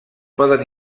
poden